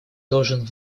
должен